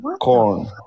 Corn